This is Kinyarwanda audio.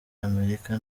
amerika